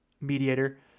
mediator